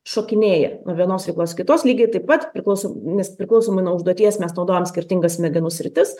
šokinėja nuo vienos veiklos kitos lygiai taip pat priklauso nes priklausomai nuo užduoties mes naudojam skirtingas smegenų sritis